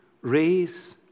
raise